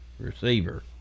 Receiver